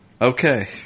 Okay